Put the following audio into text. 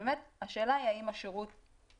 שבאמת השאלה היא האם השירות מספיק.